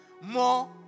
more